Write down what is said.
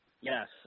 Yes